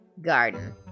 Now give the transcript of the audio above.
Garden